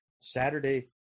Saturday